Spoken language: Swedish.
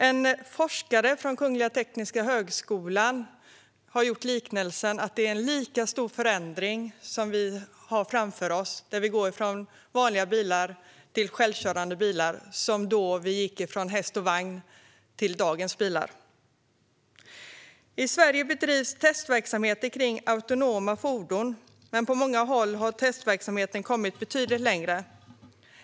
En forskare från Kungliga Tekniska Högskolan har gjort liknelsen att det är en lika stor förändring vi har framför oss när vi går från vanliga bilar till självkörande bilar som det var när vi gick från häst och vagn till dagens bilar. I Sverige bedrivs testverksamhet kring autonoma fordon, men på många håll har testverksamheten kommit betydligt längre.